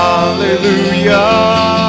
Hallelujah